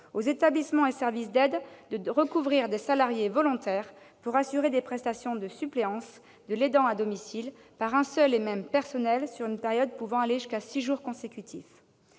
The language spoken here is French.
aux établissements et services d'aide de recourir à des salariés volontaires pour assurer des prestations de suppléance de l'aidant à domicile par un seul et même personnel, sur une période pouvant aller jusqu'à six jours consécutifs.